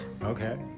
Okay